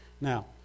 Now